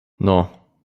non